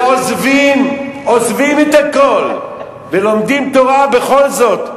ועוזבים את הכול ולומדים תורה בכל זאת.